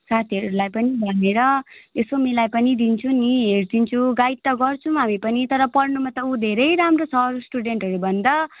साथीहरूलाई पनि भनेर यसो मिलाई पनि दिन्छु नि हेरिदिन्छु गाइड त गर्छौँ हामी पनि तर पढ्नुमा त उ धेरै राम्रो छ अरू स्टुडेन्टहरूभन्दा